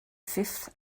fifth